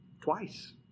twice